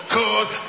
Cause